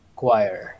choir